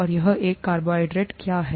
और एक कार्बोहाइड्रेट क्या है